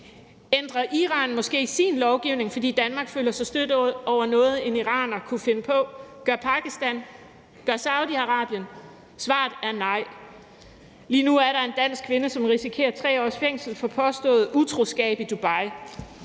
Ændrer Iran måske sin lovgivning, fordi Danmark føler sig stødt over noget, som en iraner kunne finde på? Gør Pakistan? Gør Saudi-Arabien? Svaret er nej. Lige nu er der en dansk kvinde, som risikerer 3 års fængsel for påstået utroskab i Dubai,